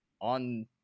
on